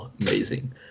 amazing